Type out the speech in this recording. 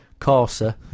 Corsa